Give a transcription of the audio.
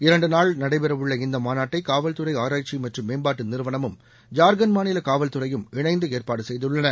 இரண்டுநாள் நடைபெறவுள்ள இந்த மாநாட்டை காவல்துறை ஆராய்ச்சி மற்றும் மேம்பாட்டு நிறுவனமும் ஜார்கண்ட் மாநில காவல்துறையும் இணைந்து ஏற்பாடு செய்துள்ளன